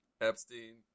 Epstein